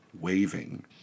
waving